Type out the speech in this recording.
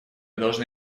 должны